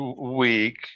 week